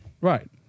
Right